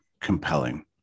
compelling